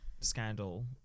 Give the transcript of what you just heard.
scandal